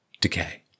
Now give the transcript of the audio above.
decay